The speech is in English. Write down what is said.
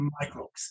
microbes